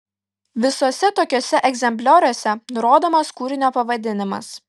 visuose tokiuose egzemplioriuose nurodomas kūrinio pavadinimas